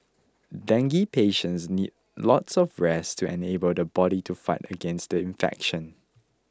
dengue patients need lots of rest to enable the body to fight against the infection